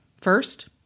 First